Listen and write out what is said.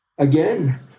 Again